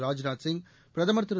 ராஜ்நாத் சிங் பிரதமர் திரு